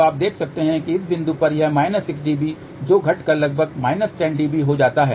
तो आप देख सकते हैं कि इस बिंदु पर यह है 6 dB जो घटकर लगभग 10 dB हो जाता है